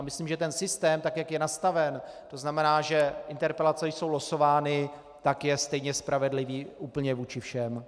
Myslím, že ten systém, jak je nastaven, to znamená, že interpelace jsou losovány, je stejně spravedlivý úplně vůči všem.